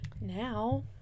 Now